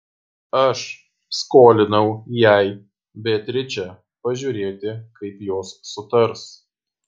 aš skolinau jai beatričę pažiūrėti kaip jos sutars